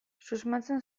susmatzen